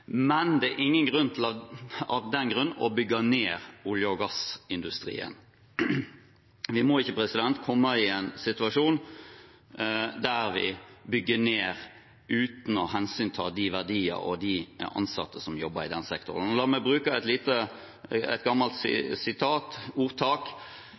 Men det er ingen grunn til av den grunn å bygge ned olje- og gassindustrien. Vi må ikke komme i en situasjon der vi bygger ned uten å ta hensyn til disse verdiene og de ansatte som jobber i den sektoren. La meg bruke en liten vri på et gammelt